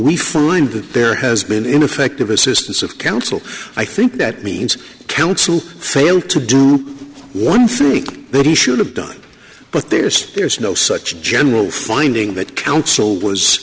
we find that there has been ineffective assistance of counsel i think that means counsel failed to do one for me then he should have done but there's there's no such general finding that counsel was